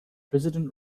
president